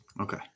Okay